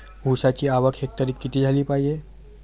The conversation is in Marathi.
ऊसाची आवक हेक्टरी किती झाली पायजे?